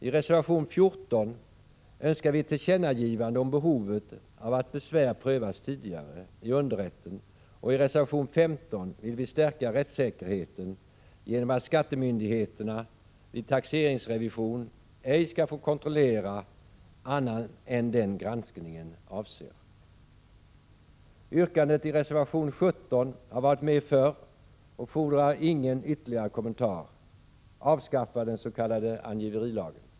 I reservation 14 önskar vi ett tillkännagivande om behovet av att besvär prövas tidigare i underrätten, och i reservation 15 vill vi stärka rättssäkerheten genom att skattemyndigheterna vid taxeringsrevision ej skall få kontrollera andra än den granskningen avser. Yrkandet i reservation 17 har varit med förr och fordrar ingen ytterligare kommentar — avskaffa den s.k. angiverilagen!